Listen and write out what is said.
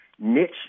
niche